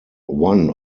one